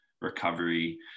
recovery